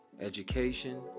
education